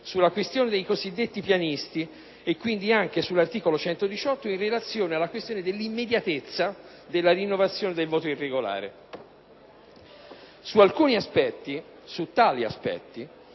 sulla questione dei cosiddetti pianisti, e quindi anche sull'articolo 118 del Regolamento in relazione alla questione dell'immediatezza della rinnovazione del voto irregolare. Su tali aspetti ci sono state,